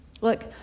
Look